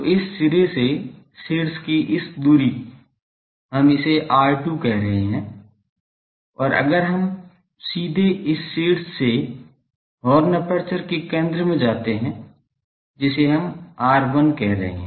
तो इस सिरे से शीर्ष की इस दूरी हम इसे R2 कह कर रहे हैं और अगर हम सीधे इस शीर्ष से हॉर्न एपर्चर के केंद्र में जाते हैं जिसे हम R1 कह रहे हैं